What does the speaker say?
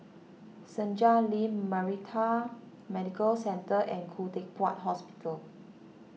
Senja Link Maritime Medical Centre and Khoo Teck Puat Hospital